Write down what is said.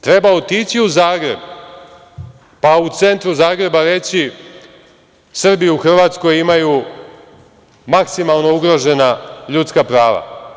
Treba otići u Zagreb, pa u centru Zagreba reći, Srbi u Hrvatskoj imaju maksimalno ugrožena ljudska prava.